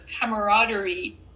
camaraderie